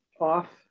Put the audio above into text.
off